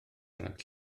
rhag